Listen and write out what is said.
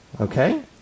okay